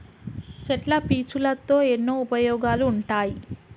చెట్ల పీచులతో ఎన్నో ఉపయోగాలు ఉంటాయి